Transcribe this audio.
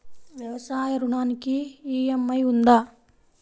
వ్యవసాయ ఋణానికి ఈ.ఎం.ఐ ఉందా?